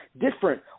different